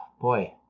boy